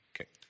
Okay